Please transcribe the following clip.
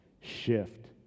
shift